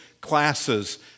classes